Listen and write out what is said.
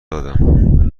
دادم